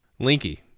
Linky